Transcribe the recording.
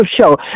show